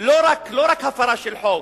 לא רק הפרה של חוק,